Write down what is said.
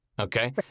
okay